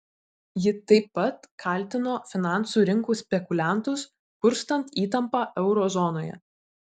ji taip pat kaltino finansų rinkų spekuliantus kurstant įtampą euro zonoje